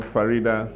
Farida